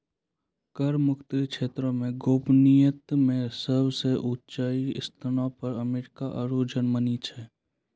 कर मुक्त क्षेत्रो मे गोपनीयता मे सभ से ऊंचो स्थानो पे अमेरिका आरु जर्मनी छै